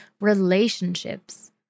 relationships